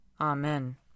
Amen